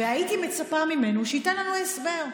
והייתי מצפה ממנו שייתן לנו הסבר,